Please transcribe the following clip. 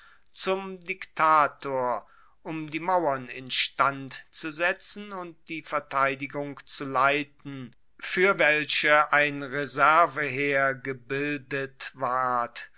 zum diktator um die mauern instand zu setzen und die verteidigung zu leiten fuer welche ein reserveheer gebildet ward